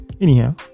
Anyhow